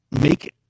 make